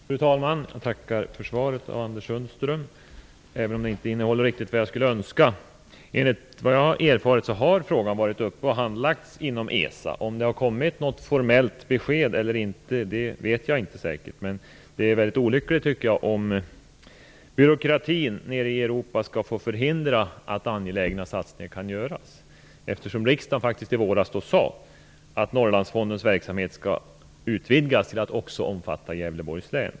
Fru talman! Jag tackar för svaret från arbetsmarknadsminister Anders Sundström. Men det innehåller inte riktigt vad jag skulle önska att det innehöll. Enligt vad jag har erfarit har frågan varit uppe till behandling inom ESA. Om det har kommit något formellt besked eller inte vet jag inte säkert. Men det är i varje fall väldigt olyckligt om byråkratin nere i Europa skall få förhindra angelägna satsningar. Riksdagen sade faktiskt i våras att Norrlandsfondens verksamhet skall utvidgas till att också omfatta Gävleborgs län.